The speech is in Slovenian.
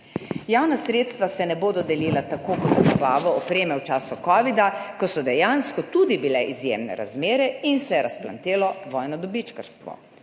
Javna sredstva se ne bodo delila tako, kot za dobavo opreme v času covida, ko so dejansko tudi bile izjemne razmere in se je razplamtelo vojno dobičkarstvo.